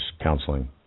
counseling